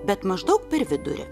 bet maždaug per vidurį